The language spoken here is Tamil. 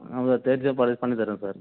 அந்த தேதிலேயே பண்ணி தருவேன் சார்